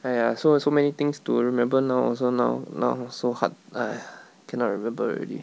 !aiya! so so many things to remember now also now now so hard !aiya! cannot remember already